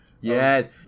Yes